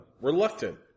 reluctant